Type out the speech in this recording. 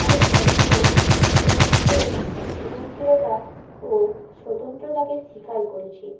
আমি ভারতীয় চলচ্চিত্রের সৃজনশীলতা ও স্বতন্ত্রতাকে স্বীকার করেছি